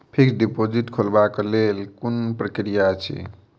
Fixed deposit खोलबाक लेल केँ कुन प्रक्रिया अछि?